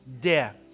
death